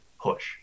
push